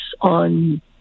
on